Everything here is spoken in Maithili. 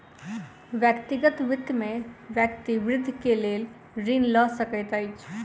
व्यक्तिगत वित्त में व्यक्ति वृद्धि के लेल ऋण लय सकैत अछि